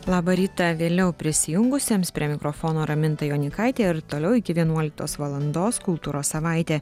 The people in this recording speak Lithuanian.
labą rytą vėliau prisijungusiems prie mikrofono raminta jonykaitė ir toliau iki vienuoliktos valandos kultūros savaitė